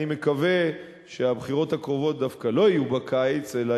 אני מקווה שהבחירות הקרובות דווקא לא יהיו בקיץ אלא